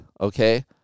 Okay